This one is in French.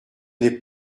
n’est